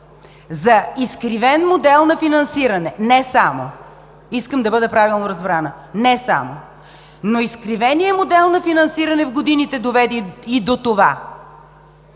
за изкривен модел на финансиране. Искам да бъда правилно разбрана – не само. Изкривеният модел на финансиране в годините доведе и до това,